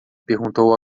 perguntou